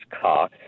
car